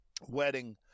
wedding